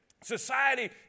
society